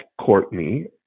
Courtney